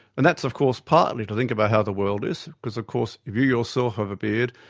and that's of course partly to think about how the world is, because of course if you yourself have a beard,